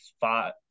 five